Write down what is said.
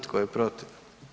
Tko je protiv?